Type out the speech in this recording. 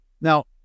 Now